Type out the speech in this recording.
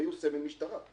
הם היו סמי משטרה.